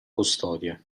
custodia